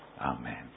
Amen